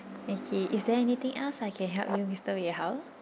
okay is there anything else I can help you mister wei hao